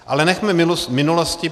Ale nechme minulost minulostí.